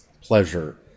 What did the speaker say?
pleasure